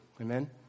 Amen